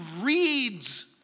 reads